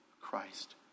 Christ